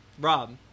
Rob